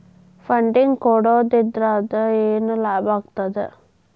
Funding ಕೊಡೊದ್ರಿಂದಾ ಏನ್ ಲಾಭಾಗ್ತದ?